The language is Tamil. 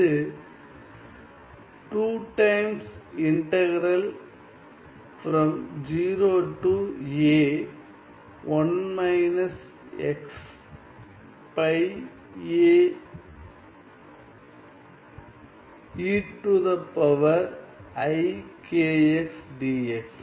இது 2 times integral from 0 to a 1 minus x by a e to the power i kx dx